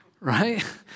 Right